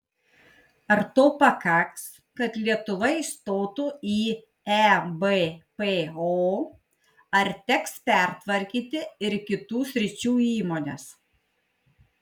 ar to pakaks kad lietuva įstotų į ebpo ar teks pertvarkyti ir kitų sričių įmones